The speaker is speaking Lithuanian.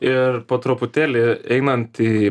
ir po truputėlį einant į